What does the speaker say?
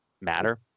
matter